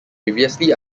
previously